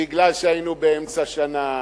בגלל שהיינו באמצע שנה,